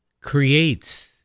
creates